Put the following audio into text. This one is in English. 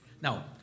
Now